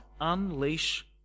unleash